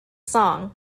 song